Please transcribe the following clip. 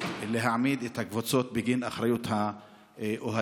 להעמיד את הקבוצות בגין אחריות לאוהדים,